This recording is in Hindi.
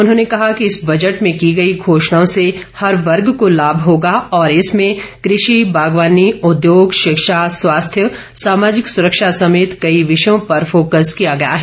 उन्होंने कहा कि इस बजट में की गई घोषणाओं से हर वर्ग को लाभ होगा और इसमें कृषि बागवानी उद्योग शिक्षा स्वास्थ्य सामाजिक सुरक्षा समेत कई विषयों पर फोकस किया गया है